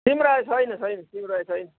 सिमरायो छैन छैन सिमरायो छैन